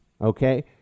okay